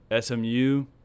SMU